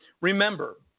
Remember